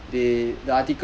(uh huh)